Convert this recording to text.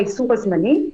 האיסור הזמני.